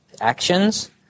Actions